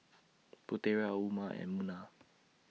Putera Umar and Munah